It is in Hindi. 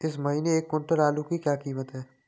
इस महीने एक क्विंटल आलू की क्या कीमत है?